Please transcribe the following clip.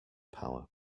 power